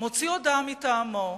מוציא הודעה מטעמו ואומר: